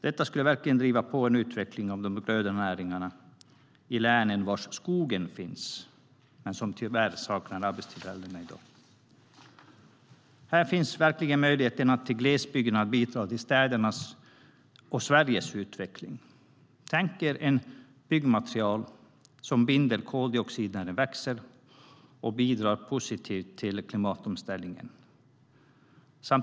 Detta skulle verkligen driva på en utveckling av de gröna näringarna i de län där skogen finns men där det tyvärr saknas arbetstillfällen i dag. Här finns verkligen möjligheterna för glesbygden att bidra till städernas och Sveriges utveckling. Tänk er ett byggmaterial som binder koldioxid när det växer och som bidrar positivt till klimatomställningen.